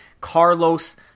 Carlos